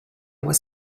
was